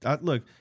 look